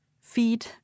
feed